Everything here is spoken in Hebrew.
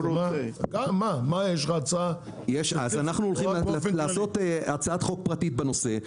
אנחנו מתכוונים להגיש הצעת חוק פרטית בנושא.